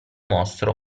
mostro